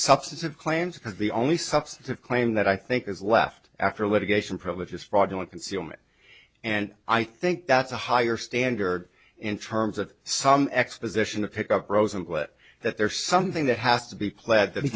substance of claims because the only substantive claim that i think is left after litigation privilege is fraudulent concealment and i think that's a higher standard in terms of some exposition to pick up rosen but that there's something that has to be